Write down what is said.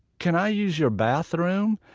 can i use your bathroom?